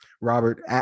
robert